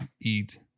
eat